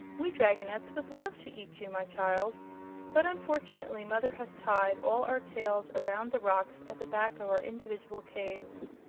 we dragonettes would love to eat you, my child but unfortunately mother has tied all our tails around the rocks at the back of our individual caves,